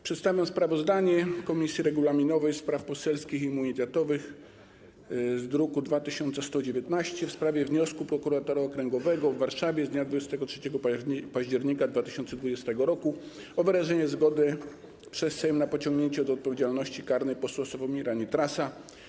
Przedstawiam sprawozdanie Komisji Regulaminowej, Spraw Poselskich i Immunitetowych, druk nr 2119, w sprawie wniosku prokuratora okręgowego w Warszawie z dnia 23 października 2020 r. o wyrażenie zgody przez Sejm na pociągnięcie do odpowiedzialności karnej posła Sławomira Nitrasa.